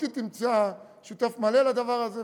אותי תמצא שותף מלא לדבר הזה,